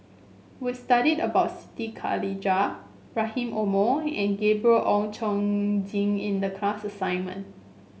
we studied about Siti Khalijah Rahim Omar and Gabriel Oon Chong Jin in the class assignment